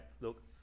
look